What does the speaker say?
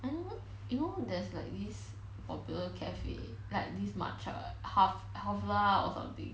I don't know you know there's like this popular cafe like or something